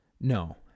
No